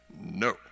no